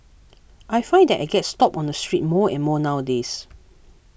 I find that I get stopped on the street more and more nowadays